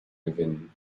gewinnen